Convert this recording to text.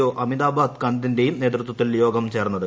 O Amitabh കാന്തിന്റെ നേതൃത്വത്തിൽ യോഗം ചേർന്നത്